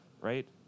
right